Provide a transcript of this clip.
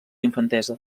infantesa